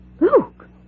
Luke